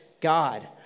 God